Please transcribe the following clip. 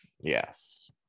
Yes